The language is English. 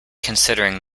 considering